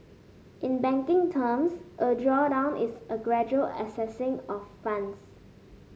in banking terms a drawdown is a gradual accessing of funds